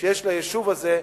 שיש ליישוב הזה.